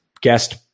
guest